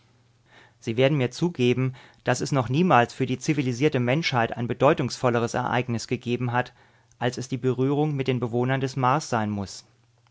sie werden mir zugeben daß es noch niemals für die zivilisierte menschheit ein bedeutungsvolleres ereignis gegeben hat als es die berührung mit den bewohnern des mars sein muß